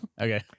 okay